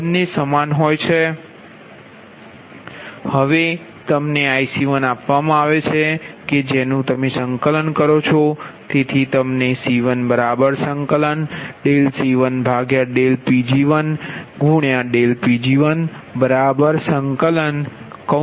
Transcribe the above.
બંને સમાન હોય છે હવે તમને IC1 આપવામાં આવે છે કે જેનુ તમે સંકલન કરો છો તેથી તમને C1C1Pg1Pg10